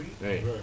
Hey